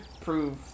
prove